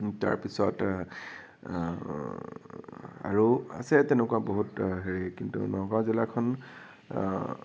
তাৰপিছত আৰু আছে তেনেকুৱা বহুত হেৰি কিন্তু নগাওঁ জিলাখন